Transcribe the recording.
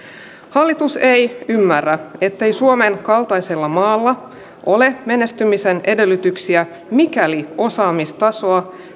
hallitus ei ymmärrä ettei suomen kaltaisella maalla ole menestymisen edellytyksiä mikäli osaamistasoa